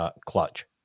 clutch